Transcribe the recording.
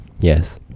Yes